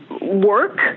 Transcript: work